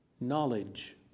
knowledge